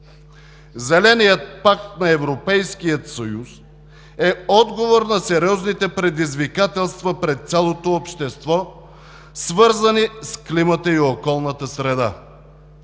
Зеленият пакт на Европейския съюз е отговор на сериозните предизвикателства пред цялото общество, свързани с климата и околната среда.